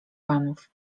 panów